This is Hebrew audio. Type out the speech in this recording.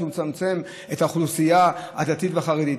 שהוא יצמצם את האוכלוסייה הדתית והחרדית?